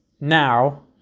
now